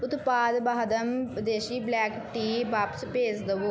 ਉਤਪਾਦ ਵਾਹਦਮ ਵਿਦੇਸ਼ੀ ਬਲੈਕ ਟੀ ਵਾਪਸ ਭੇਜ ਦੇਵੋ